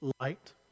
light